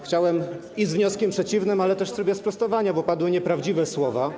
Chciałbym i z wnioskiem przeciwnym, i w trybie sprostowania, bo padły nieprawdziwe słowa.